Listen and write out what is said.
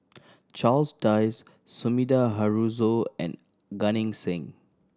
Charles Dyce Sumida Haruzo and Gan Eng Seng